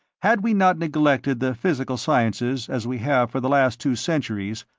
had we not neglected the physical sciences as we have for the last two centuries,